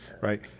right